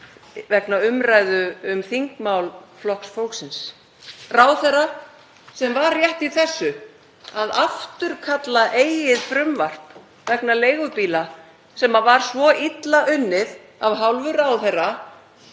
vegna umræðu um þingmál Flokks fólksins, ráðherra sem var rétt í þessu að afturkalla eigið frumvarp vegna leigubíla sem var svo illa unnið af hálfu ráðherra